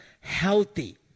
healthy